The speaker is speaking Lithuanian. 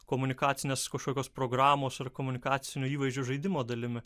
komunikacinės kažkokios programos ar komunikacinių įvaizdžių žaidimo dalimi